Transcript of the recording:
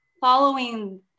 following